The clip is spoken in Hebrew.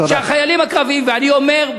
אני אומר,